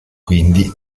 quindi